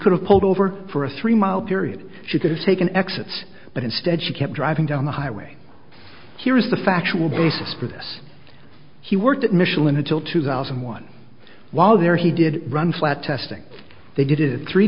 could have pulled over for a three mile period she could have taken exits but instead she kept driving down the highway here is the factual basis for this he worked at michelin until two thousand and one while there he did run flat testing they did it three